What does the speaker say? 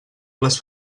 les